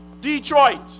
Detroit